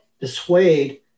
dissuade